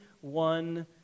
one